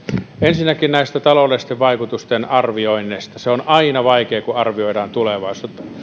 ensinnäkin näistä taloudellisten vaikutusten arvioinneista se on aina vaikeaa kun arvioidaan tulevaisuutta arviointineuvosto